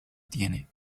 tiene